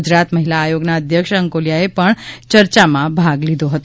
ગુજરાત મહિલા આયોગના અધ્યક્ષ અંકોળિયાએ પણ ચર્ચામાં ભાગ લીધો હતો